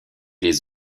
les